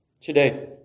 today